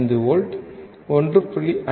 5 volt 1